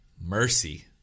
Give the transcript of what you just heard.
Mercy